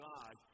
God